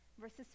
verses